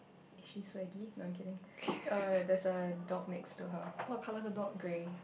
she's swaggy no I'm kidding uh there's a dog next to her grey